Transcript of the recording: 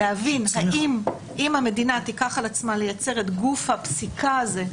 להבין אם המדינה תיקח על עצמה לייצר את גוף הפסיקה הזה,